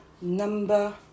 number